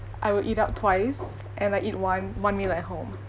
I will eat out twice and I eat one one meal at home